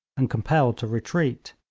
and compelled to retreat.